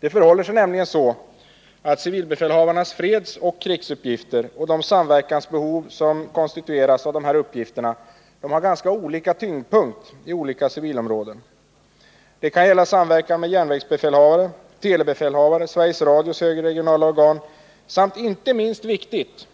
Det förhåller sig nämligen så att civilbefälhavarnas fredsoch 13 maj 1980 krigsuppgifter och de samverkansbehov som konstitueras av dessa uppgifter har ganska olika tyngdpunkt i olika civilområden. Det kan gälla samverkan organ samt — inte minst viktigt